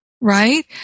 right